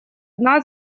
дна